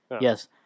Yes